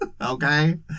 okay